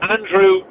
Andrew